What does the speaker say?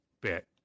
bit